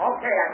Okay